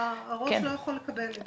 הראש לא יכול לקבל את זה.